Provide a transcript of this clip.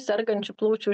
sergančių plaučių